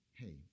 hey